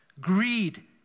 greed